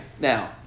now